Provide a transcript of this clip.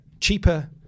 cheaper